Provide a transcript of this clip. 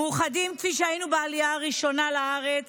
מאוחדים כפי שהיינו בעלייה הראשונה לארץ